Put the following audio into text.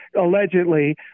allegedly